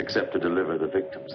except to deliver the victims